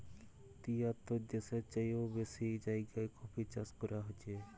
তিয়াত্তর দ্যাশের চাইয়েও বেশি জায়গায় কফি চাষ ক্যরা হছে